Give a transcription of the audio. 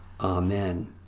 Amen